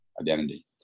identity